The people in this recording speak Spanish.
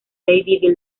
baby